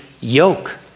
yoke